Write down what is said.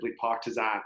partisan